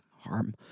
harm